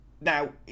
Now